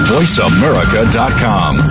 VoiceAmerica.com